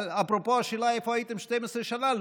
אפרופו השאלה איפה הייתם 12 שנה,